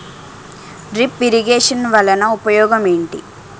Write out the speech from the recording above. drip irrigation వలన ఉపయోగం ఏంటి